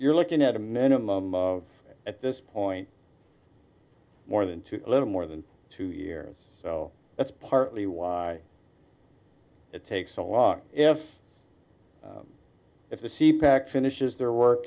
you're looking at a minimum of at this point more than two a little more than two years so that's partly why it takes so long if if the c pack finishes their work